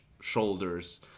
shoulders